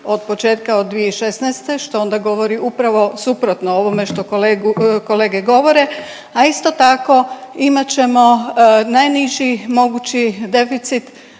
od početka od 2016. što onda govori upravo suprotno o ovome što kolege govore a isto tako imat ćemo najniži mogući deficit